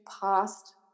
past